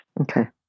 Okay